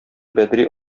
бәдри